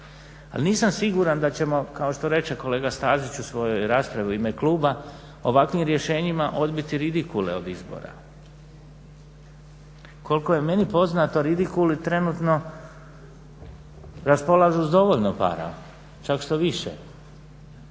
Ali nisam siguran da ćemo, kao što reče kolega Stazić u svojoj raspravi u ime kluba, ovakvim rješenjima odbiti ridikule od izbora. Koliko je meni poznato ridikuli trenutno raspolažu s dovoljno para, čak štoviše